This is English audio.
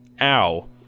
ow